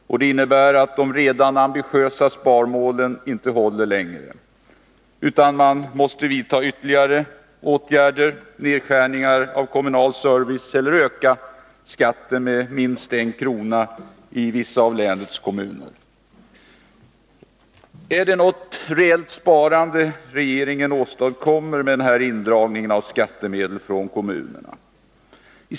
Och det innebär att de redan ambitiösa sparmålen inte håller längre, utan att man måste vidta ytterligare åtgärder, skära ned den kommunala servicen eller öka skatten med minst 1 kr. i vissa av länets kommuner. Är det något reellt sparande regeringen åstadkommer med den här indragningen av skattemedel från kommunerna?